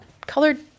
Colored